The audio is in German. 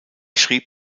schrieb